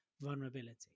vulnerability